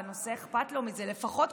ואכפת לו מהנושא הזה.